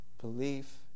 Belief